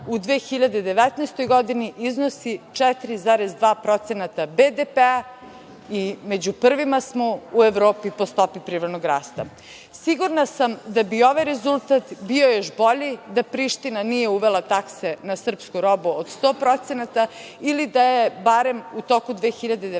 u 2019. godini iznosi 4,2% BDP i među prvima smo u Evropi po stopi privrednog rasta. Sigurna sam da bi ovaj rezultat bio još bolji da Priština nije uvela takse na srpsku robu od 100% ili da je barem u toku 2019.